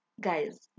Guys